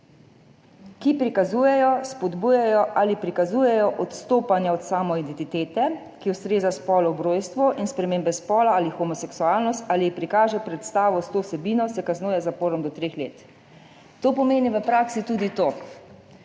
ki prikazujejo, spodbujajo ali prikazujejo odstopanja od samoidentitete, ki ustreza spolu ob rojstvu, in spremembe spola ali homoseksualnost, ali prikaže predstavo s to vsebino, se kaznuje z zaporom do treh let.« To pomeni v praksi tudi to.